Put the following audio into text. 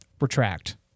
retract